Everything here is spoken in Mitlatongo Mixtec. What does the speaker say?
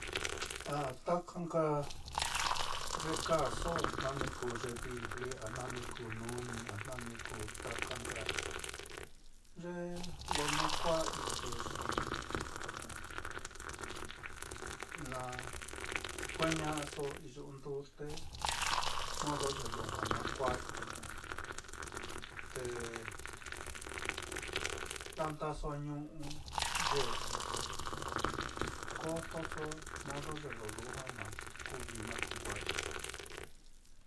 A taka nka ye kaaso jna ni kuu ye vijli, jna ni kuu nuni, a jna ni kuu taka nka, ye lo na kua'a te xi na kuña'aso iyu'u ndute modo ye lujua na kua'ai, te landaso ñu'u ye'ei, ko oi modo ye lo lujua na kuvií na kuva'ai.